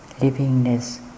livingness